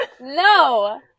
No